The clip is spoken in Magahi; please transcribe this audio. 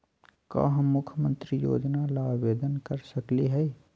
का हम मुख्यमंत्री योजना ला आवेदन कर सकली हई?